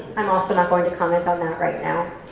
i'm also not going to comment on that right now.